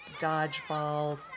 dodgeball